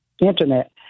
Internet